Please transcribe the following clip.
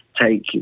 take